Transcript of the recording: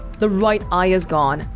the right eye is gone.